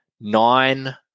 nine